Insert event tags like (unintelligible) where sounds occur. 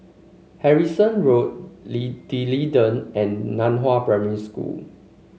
Harrison Road (unintelligible) D'Leedon and Nan Hua Primary School